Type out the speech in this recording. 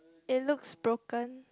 it looks broken